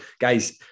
guys